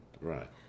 right